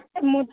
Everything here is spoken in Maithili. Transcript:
मो